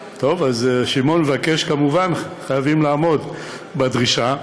שמעון מבקש, כמובן, חייבים לעמוד בדרישה.